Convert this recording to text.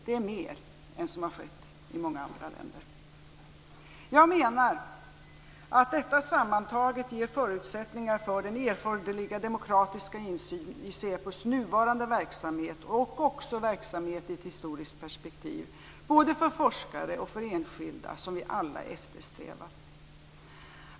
Det är mer än vad som har skett i många andra länder. Jag menar att detta sammantaget ger förutsättningar för den erforderliga demokratiska insyn i SÄPO:s nuvarande verksamhet, och också i dess verksamhet i ett historiskt perspektiv, både för forskare och för enskilda som vi alla eftersträvar.